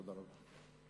תודה רבה.